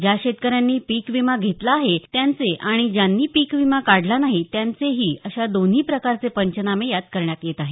ज्या शेतकऱ्यांनी पिक विमा घेतला आहे त्यांचे आणि ज्यांनी पिक विमा काढला नाही त्याचेही असे दोन्ही प्रकारचे पंचमाने यात करण्यात येत आहेत